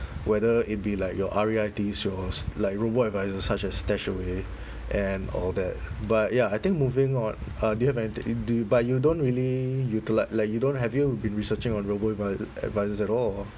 whether it be like your R_E_I_Ts your s~ like robo-advisors such as stashaway and all that but ya I think moving on uh do you have anythi~ do but you don't really utili~ like you don't have you been researching on robo-advi~ advisors at all